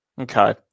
Okay